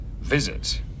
visit